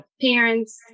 parents